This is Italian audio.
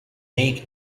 lake